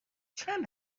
چند